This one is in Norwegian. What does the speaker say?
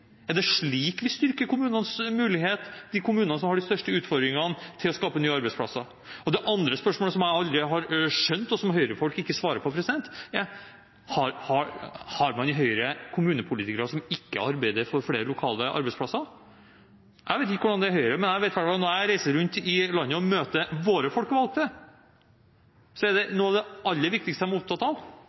Er det slik vi styrker kommunenes mulighet – de kommunene som har de største utfordringene når det gjelder å skape nye arbeidsplasser? Det andre spørsmålet, om noe som jeg aldri har skjønt, og som Høyre-folk ikke svarer på, er: Har man i Høyre kommunepolitikere som ikke arbeider for flere lokale arbeidsplasser? Jeg vet ikke hvordan det er i Høyre, men jeg vet i hvert fall at når jeg reiser rundt i landet og møter våre folkevalgte, er dette noe av det aller viktigste de er opptatt av: